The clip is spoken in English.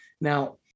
Now